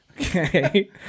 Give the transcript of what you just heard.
Okay